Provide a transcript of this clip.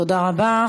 תודה רבה.